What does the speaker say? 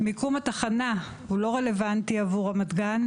מיקום התחנה הוא לא רלוונטי עבור רמת גן,